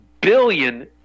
billion